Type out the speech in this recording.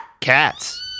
cats